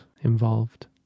involved